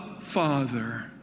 Father